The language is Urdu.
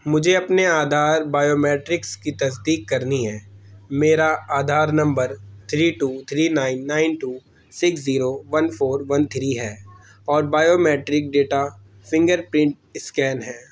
مجھے اپنے آدھار بائیو میٹرکس کی تصدیق کرنی ہے میرا Aadhaar number three two three nine nine two six zero one four one three ہے اور biometric data fingerprint scan ہے